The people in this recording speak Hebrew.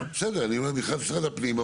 בסדר, מבחינת משרד הפנים.